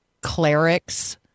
clerics